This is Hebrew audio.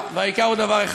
לא, לא יקרה.